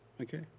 Okay